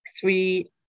three